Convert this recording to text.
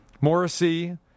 Morrissey